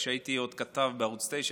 כשהייתי עוד כתב בערוץ 9,